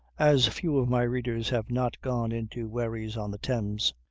as few of my readers have not gone into wherries on the thames,